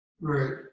Right